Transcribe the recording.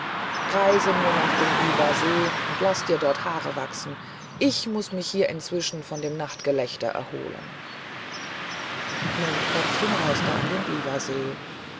reise nur nach dem biwasee und laß dir dort haare wachsen ich muß mich hier inzwischen von dem nachtgelächter erholen mondköpfchen reiste an den biwasee